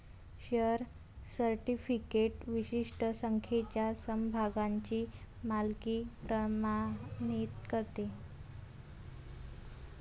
share certificate विशिष्ट संख्येच्या समभागांची मालकी प्रमाणित करते